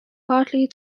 partly